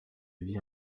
vie